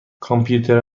کامپیوتر